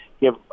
give